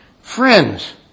Friends